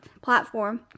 platform